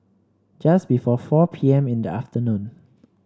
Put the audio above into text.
just before four P M in the afternoon